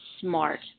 smart